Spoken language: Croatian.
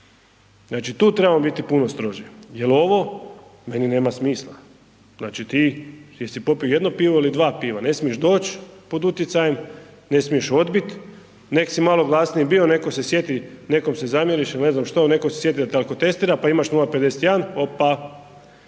znači tu trebamo biti puno stroži, jel ovo meni nema smisla, znači ti jesi popio jedno piva ili dva piva, ne smiješ doć pod utjecajem, ne smiješ odbit, nek si malo glasniji bio, neko se sjeti, nekom se zamjeriš il ne znam što, neko se sjeti da te alkotestira, pa imaš 0,51, opa,